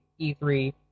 E3